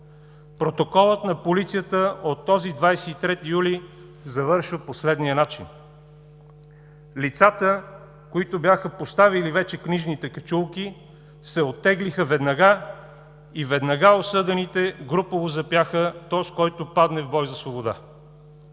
Протоколът на полицията от този 23 юли завършва по следния начин: „Лицата, които бяха поставили вече книжните качулки, се оттеглиха веднага, и веднага осъдените групово запяха: „Тоз, който падне в бой за свобода…“.